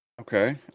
Okay